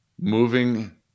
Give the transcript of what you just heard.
moving